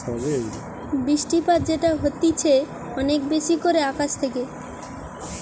বৃষ্টিপাত যেটা হতিছে অনেক বেশি করে আকাশ থেকে